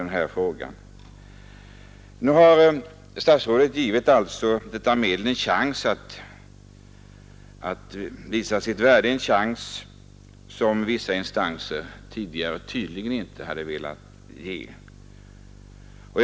Nu har alltså statsrådet givit detta medel en chans att visa sitt värde, en chans som vissa instanser tidigare tydligen inte velat ge det.